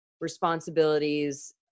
responsibilities